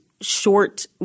short